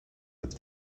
with